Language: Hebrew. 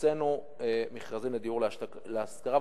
הוצאנו מכרזים לדיור להשכרה,